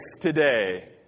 today